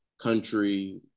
country